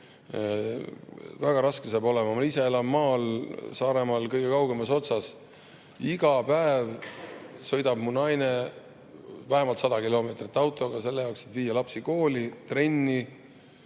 Väga raske hakkab olema. Ma ise elan maal, Saaremaal kõige kaugemas otsas. Iga päev sõidab mu naine vähemalt 100 kilomeetrit autoga selleks, et viia lapsi kooli, trenni